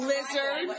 Lizard